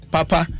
Papa